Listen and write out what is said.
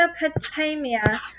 Mesopotamia